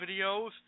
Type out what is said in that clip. videos